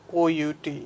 out